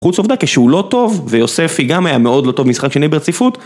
חוץ מהעובדה שהוא לא טוב ויוספי גם היה מאוד לא טוב משחק שני ברציפות